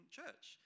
church